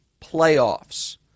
playoffs